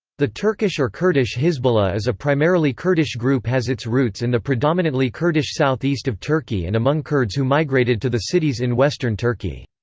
the turkish or kurdish hizbullah is a primarily kurdish group has its roots in the predominantly kurdish southeast of turkey and among kurds who migrated to the cities in western turkey.